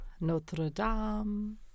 Notre-Dame